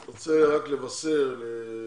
אני רוצה רק לבשר לנוכחים